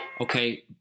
Okay